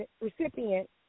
recipient